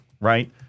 right